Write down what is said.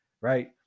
Right